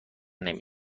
نمی